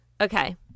Okay